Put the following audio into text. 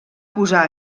posar